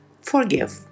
Forgive